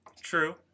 True